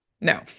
No